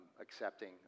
accepting